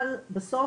אבל בסוף,